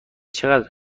چقدر